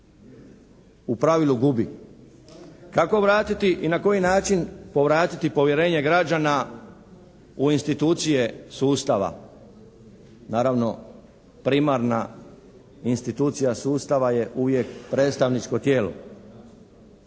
u pravilu gubi. Kako vratiti i na koji način povratiti povjerenje građana u institucije sustava? Naravno, primarna institucija sustava je uvijek predstavničko tijelo.